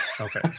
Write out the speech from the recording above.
okay